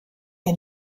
ein